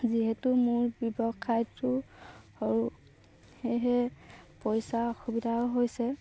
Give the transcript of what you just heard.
যিহেতু মোৰ ব্যৱসায়টো সৰু সেয়েহে পইচা অসুবিধাও হৈছে